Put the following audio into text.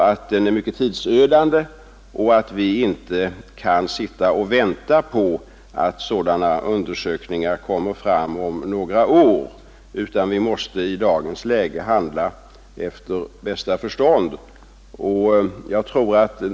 Vi kan inte sitta och vänta på att sådana undersökningar kommer fram om några år, utan vi måste i dagens läge handla efter bästa förstånd.